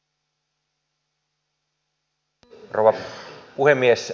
arvoisa rouva puhemies